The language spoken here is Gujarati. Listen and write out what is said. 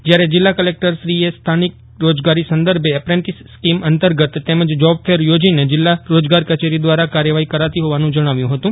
જયારે જિલ્લા કલેકટર શ્રીએ સ્થાનિક રોજગારી સંદર્ભે એપ્રેન્ટીસ સ્કીમ અંતર્ગત તેમજ જોબફેર યોજીને જિલ્લા રોજગાર કચેરી દ્વારા કાર્યવાહી કરાતી હોવાનું જણાવ્યું હતું